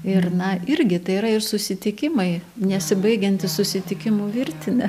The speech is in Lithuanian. ir na irgi tai yra ir susitikimai nesibaigianti susitikimų virtinė